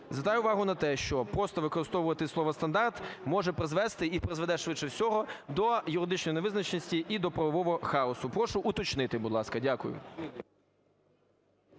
Звертаю увагу на те, що просто використовувати слово "стандарт" може призвести, і призведе швидше всього, до юридичної невизначеності і до правового хаосу. Прошу уточнити, будь ласка. Дякую.